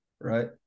right